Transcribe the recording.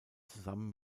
zusammen